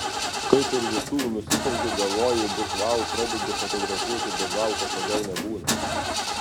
kaip ir visų nusiperki galvoji bus vau pradedi fotografuoti bet vau kažkodėl nebūna